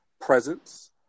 presence